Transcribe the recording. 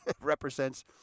represents